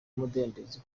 umudendezo